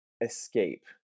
escape